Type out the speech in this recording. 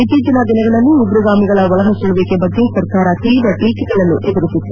ಇತ್ತೀಚಿನ ದಿನಗಳಲ್ಲಿ ಉಗ್ರಗಾಮಿಗಳ ಒಳನುಸುಳುವಿಕೆ ಬಗ್ಗೆ ಸರ್ಕಾರ ತೀವ್ರ ಟೀಕೆಗಳನ್ನು ಎದುರಿಸಿತ್ತು